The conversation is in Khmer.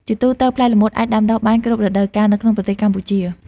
ជាទូទៅ ផ្លែល្មុតអាចដាំដុះបាន គ្រប់រដូវកាល នៅក្នុងប្រទេសកម្ពុជា។